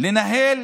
לנהל